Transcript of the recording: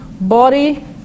body